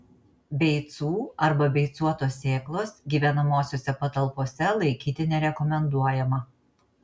beicų arba beicuotos sėklos gyvenamosiose patalpose laikyti nerekomenduojama